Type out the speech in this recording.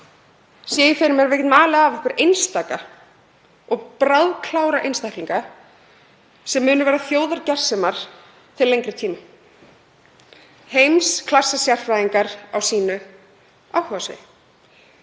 mér að við getum alið af okkur einstaka og bráðklára einstaklinga sem munu verða þjóðargersemar til lengri tíma, heimsklassasérfræðingar á sínu áhugasviði.